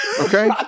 Okay